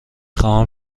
خواهم